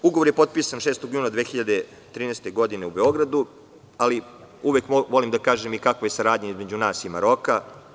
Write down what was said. Ugovor je potpisan 6. juna 2013. godine u Beogradu, ali uvek volim da kažem kakva je saradnja između nas i Maroka.